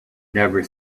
never